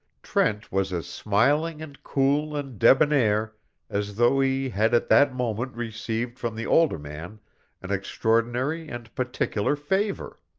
trent was as smiling and cool and debonair as though he had at that moment received from the older man an extraordinary and particular favor.